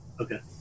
Okay